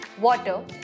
water